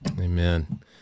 Amen